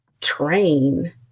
train